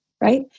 right